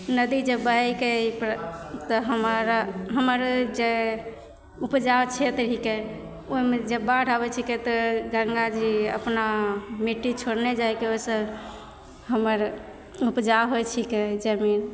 नदी जब बाढ़िके तब हमर उपजाउ छेत्र हिकै ओहिमे जब बाढ़ि आबैत छै तऽ गङ्गा जी अपना मिट्टी छोड़ने जायके ओहिसे हमर उपजाउ होइत छिकै जमीन